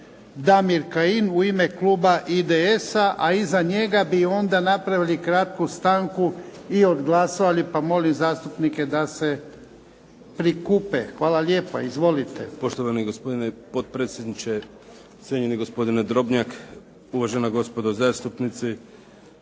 Damir Kajin u ime kluba IDS-a, a iza njega bi onda napravili kratku stanku i odglasovali pa molim zastupnike da se prikupe. Hvala lijepo. Izvolite. **Kajin, Damir (IDS)** Poštovani gospodine potpredsjedniče, cijenjeni gospodine Drobnjak, uvažena gospodo zastupnici.